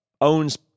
owns